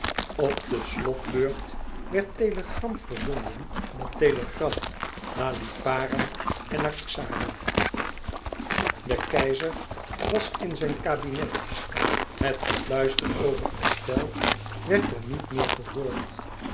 op den slotburcht werd telegram verzonden na telegram naar lipara en naar xara de keizer was in zijn kabinet het gefluister over estelle werd er niet meer gehoord